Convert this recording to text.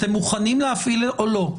אתם מוכנים להפעיל או לא?